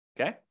Okay